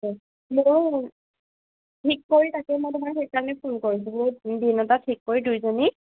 হয় মই ঠিক কৰি তাকে মই তোমাৰ সেইকাৰণে ফোন কৰিছোঁ মোৰ দিন এটা ঠিক কৰি দুইজনী